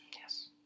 Yes